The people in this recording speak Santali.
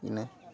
ᱤᱱᱟᱹ